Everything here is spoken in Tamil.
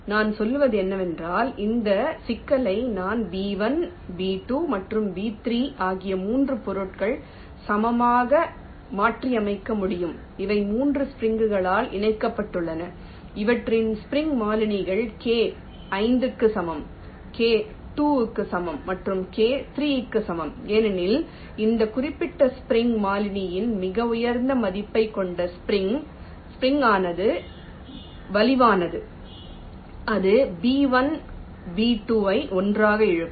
எனவே நான் சொல்வது என்னவென்றால் இந்த சிக்கலை நான் B1 B2 மற்றும் B3 ஆகிய மூன்று பொருள் சமமாக மாற்றியமைக்க முடியும் அவை மூன்று ஸ்ப்ரிங் களால் இணைக்கப்பட்டுள்ளன அவற்றின் ஸ்ப்ரிங் மாறிலிகள் K 5 க்கு சமம் K 2க்கு சமம் மற்றும் K 3 க்கு சமம் ஏனெனில் இந்த குறிப்பிட்ட ஸ்ப்ரிங் மாறிலியின் மிக உயர்ந்த மதிப்பைக் கொண்ட ஸ்ப்ரிங் னது வலிமையானது இது B1 B2 ஐ ஒன்றாக இழுக்கும்